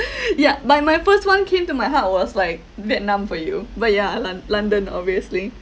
ya my my first one came to my heart was like vietnam for you but yeah lon~ london obviously